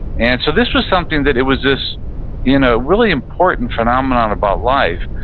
and so this was something that, it was this you know really important phenomenon about life,